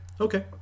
okay